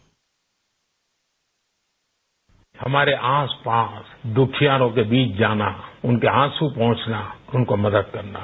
bite हमारे आसपास दुखियारों के बीच जाना है उनके आंसू पोंछना है उनको मदद करना है